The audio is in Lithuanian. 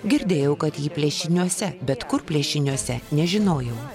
girdėjau kad ji plėšiniuose bet kur plėšiniuose nežinojau